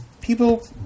people